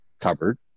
covered